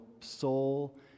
soul